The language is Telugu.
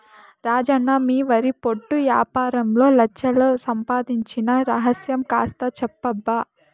రాజన్న మీ వరి పొట్టు యాపారంలో లచ్ఛలు సంపాయించిన రహస్యం కాస్త చెప్పబ్బా